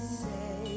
say